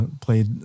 played